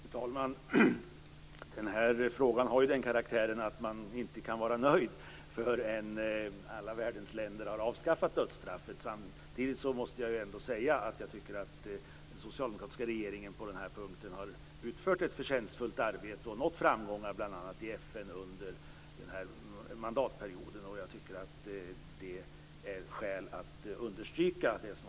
Fru talman! Den här frågan har den karaktären att man inte kan vara nöjd förrän alla världens länder har avskaffat dödsstraffet. Samtidigt måste jag ändå säga att jag tycker att den socialdemokratiska regeringen på denna punkt har utfört ett förtjänstfullt arbete och nått framgångar bl.a. i FN under denna mandatperiod. Jag tycker att det finns skäl att understryka det.